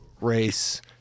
race